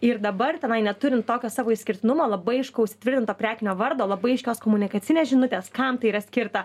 ir dabar tenai neturint tokio savo išskirtinumo labai aiškaus įtvirtinto prekinio vardo labai aiškios komunikacinės žinutės kam tai yra skirta